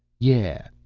yeah,